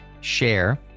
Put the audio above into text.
share